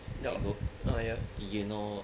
ya uh ya